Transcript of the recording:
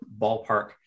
ballpark